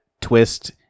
twist